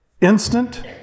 instant